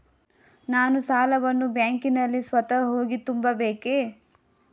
ನಾನು ಸಾಲವನ್ನು ಬ್ಯಾಂಕಿನಲ್ಲಿ ಸ್ವತಃ ಹೋಗಿ ತುಂಬಬೇಕೇ?